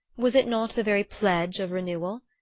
was it not the very pledge of renewal?